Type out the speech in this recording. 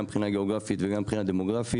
גם מבחינה גיאוגרפית וגם מבחינה דמוגרפית.